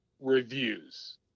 reviews